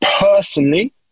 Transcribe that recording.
personally